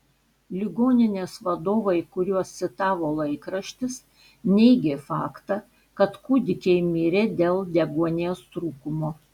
ligoninės vadovai kuriuos citavo laikraštis neigė faktą kad kūdikiai mirė dėl deguonies trūkumo